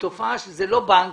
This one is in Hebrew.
זה לא בנק,